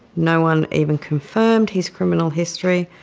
no one even confirmed his criminal history.